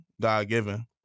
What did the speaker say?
God-given